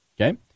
Okay